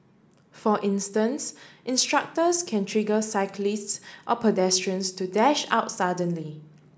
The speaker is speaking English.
for instance instructors can trigger cyclists or pedestrians to dash out suddenly